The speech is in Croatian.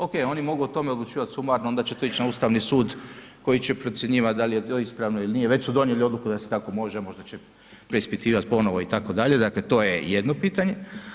OK, oni mogu o tome odlučivat sumarno onda će to ići na Ustavni suda koji će procjenjivat da li je to ispravno ili nije, već su donijeli odluku da se tako može, možda će preispitivat ponovo itd., dakle to je jedno pitanje.